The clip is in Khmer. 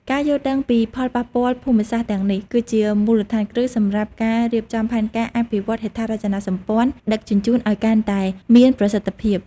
ការយល់ដឹងពីផលប៉ះពាល់ភូមិសាស្ត្រទាំងនេះ គឺជាមូលដ្ឋានគ្រឹះសម្រាប់ការរៀបចំផែនការអភិវឌ្ឍន៍ហេដ្ឋារចនាសម្ព័ន្ធដឹកជញ្ជូនឱ្យកាន់តែមានប្រសិទ្ធភាព។